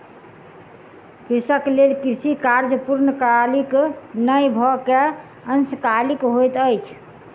कृषक लेल कृषि कार्य पूर्णकालीक नै भअ के अंशकालिक होइत अछि